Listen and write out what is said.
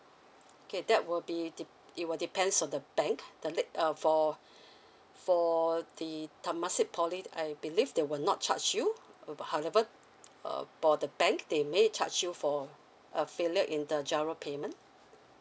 okay that will be dep~ it will depends on the bank the late uh for the the temasek poly I believe they will not charge you uh however uh for the bank they may charge you for a failure in the G_I_R_O payment